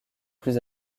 plus